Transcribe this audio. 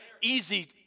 easy